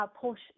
push